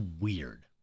weird